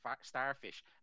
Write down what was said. starfish